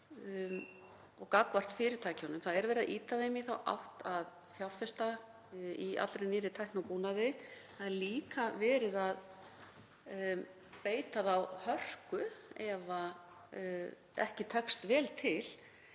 hér gagnvart fyrirtækjunum. Það er verið að ýta þeim í þá átt að fjárfesta í allri nýrri tækni og búnaði. Það er líka verið að beita þau hörku ef ekki tekst vel til.